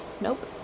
nope